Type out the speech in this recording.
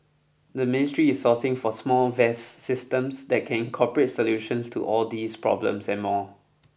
the ministry is sourcing for small vest systems that can incorporate solutions to all these problems and more